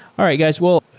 all right, guys. well,